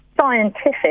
scientific